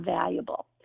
valuable